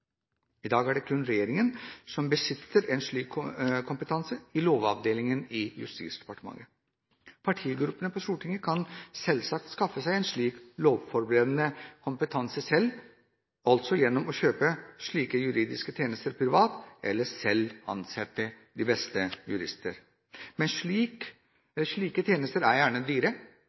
i dag. I dag er det kun regjeringen som besitter en slik kompetanse, i Lovavdelingen i Justisdepartementet. Partigruppene på Stortinget kan selvsagt skaffe seg en slik lovforberedende kompetanse selv gjennom å kjøpe slike juridiske tjenester privat eller selv ansette de beste jurister. Men slike tjenester er gjerne dyre,